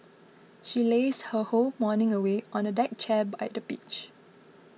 she lazed her whole morning away on a deck chair by the beach